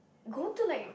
go to like